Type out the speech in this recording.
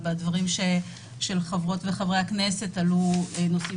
בדברים של חברות וחברי הכנסת עלו נושאים